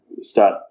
start